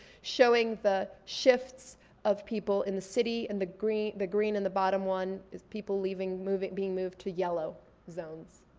showing the shifts of people in the city. and the green the green in the bottom one is people leaving, being moved to yellow zones.